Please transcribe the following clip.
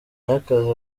y’akazi